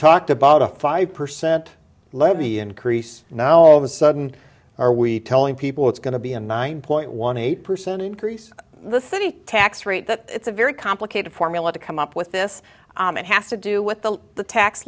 talked about a five percent let me increase now all of a sudden are we telling people it's going to be a nine point one eight percent increase the city tax rate that it's a very complicated formula to come up with this it has to do with the the tax